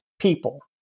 people